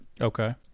okay